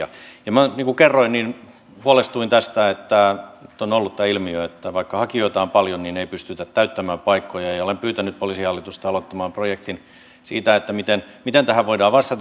minä niin kuin kerroin huolestuin tästä että nyt on ollut tämä ilmiö että vaikka hakijoita on paljon niin ei pystytä täyttämään paikkoja ja olen pyytänyt poliisihallitusta aloittamaan projektin siitä miten tähän voidaan vastata